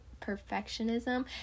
perfectionism